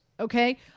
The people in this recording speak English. Okay